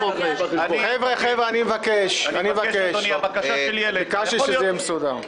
--- חבר'ה, ביקשתי שזה יהיה מסודר.